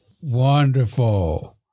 Wonderful